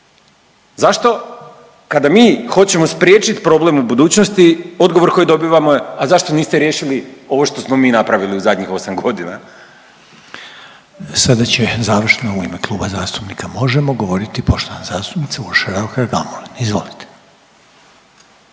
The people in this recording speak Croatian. Zašto kada mi hoćemo spriječiti problem u budućnosti odgovor koji dobivamo, a zašto niste riješili ovo što smo mi napravili u zadnjih 8 godina. **Reiner, Željko (HDZ)** Sada će završno u ime Kluba zastupnika Možemo govoriti poštovana zastupnica Urša Raukar Gamulin. Izvolite.